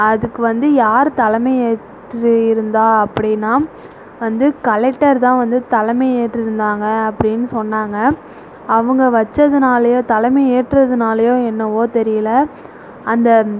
அதுக்கு வந்து யார் தலைமை ஏற்று இருந்தா அப்படினா வந்து கலெக்டர் தான் வந்து தலைமை ஏற்றிருந்தாங்க அப்படின்னு சொன்னாங்க அவங்க வைச்சதுனாலயோ தலைமை ஏற்றதுனாலேயோ என்னவோ தெரியல அந்த